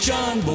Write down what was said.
John